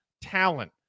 talent